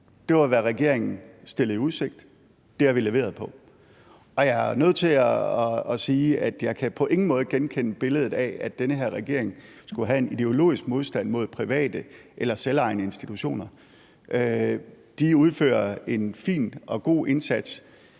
Det var, hvad regeringen stillede i udsigt, og det har vi leveret på. Jeg er nødt til at sige, at jeg på ingen måde kan genkende det billede af, at den her regering skulle have en ideologisk modstand mod private eller selvejende institutioner, for de udfører en fin og god indsats